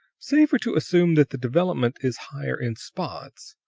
safer to assume that the development is higher in spots,